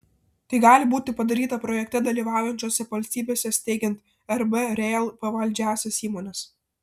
tai gali būti padaryta projekte dalyvaujančiose valstybėse steigiant rb rail pavaldžiąsias įmones